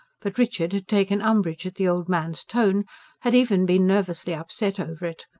but richard had taken umbrage at the old man's tone had even been nervously upset over it.